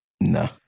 No